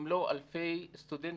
אם לא אלפי סטודנטים,